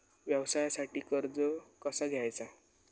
व्यवसायासाठी कर्ज कसा घ्यायचा?